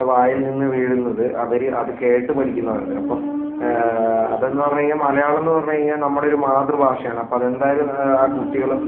വായിൽ നിന്ന് വീഴുന്നത് അവർ അത് കേട്ട് പഠിക്കുന്നതാണ് അപ്പം അതെന്ന് പറഞ്ഞു കഴിഞ്ഞാൽ മലയാളം എന്ന് പറഞ്ഞു കഴിഞ്ഞാൽ നമ്മുടെ ഒരു മാതൃഭാഷയാണ് അപ്പോൾ അതെന്തായാലും ആ കുട്ടികളും